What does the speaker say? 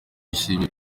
yishimiye